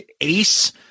ace